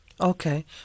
Okay